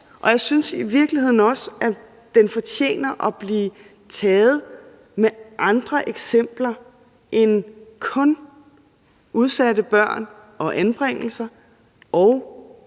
og jeg synes i virkeligheden også, at den fortjener at blive taget med andre eksempler end kun udsatte børn og anbringelser og